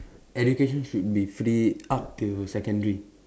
education should be free up till secondary